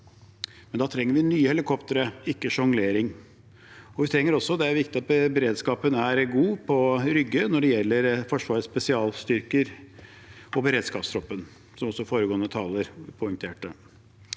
Da trenger vi nye helikoptre, ikke en sjonglering, og det er også viktig at beredskapen er god på Rygge når det gjelder Forsvarets spesialstyrker og beredskapstroppen, som også foregående taler poengterte.